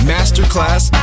Masterclass